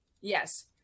Yes